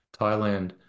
Thailand